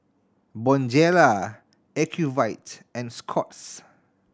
Bonjela Ocuvite and Scott's